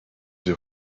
your